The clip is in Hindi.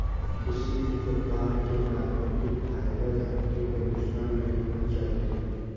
किसी भी प्रकार के प्राकृतिक फ़ाइबर धरती को नुकसान नहीं पहुंचाते